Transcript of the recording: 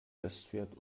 bestwert